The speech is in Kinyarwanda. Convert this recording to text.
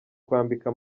kwambika